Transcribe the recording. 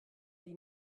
die